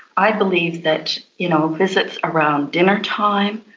i believe that you know visits around dinner time,